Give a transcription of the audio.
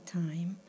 time